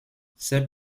ces